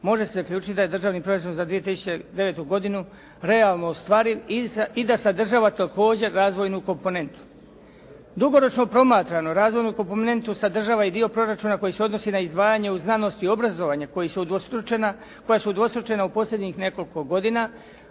može se zaključiti da je Državni proračun za 2009. godinu realno ostvariv i da sadržava također razvojnu komponentu. Dugoročno promatrano razvojnu komponentu sadržava i dio proračuna koji se odnosi na izdvajanje u znanost i obrazovanje koja su udvostručena u posljednjih nekoliko godina,